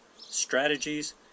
strategies